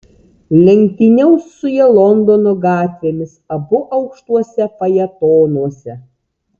lenktyniaus su ja londono gatvėmis abu aukštuose fajetonuose